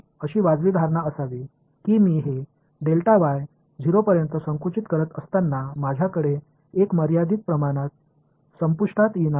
எனவே இந்த நான் 0 ஆக சுருக்கும்போது நான் என்ன நியாயமான அனுமானம் செய்ய முடியும் ஒரு வரையறுக்கப்பட்ட அளவு மறைந்துபோகும் சிறிய அளவால் பெருக்கப்படுகிறது